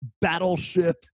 battleship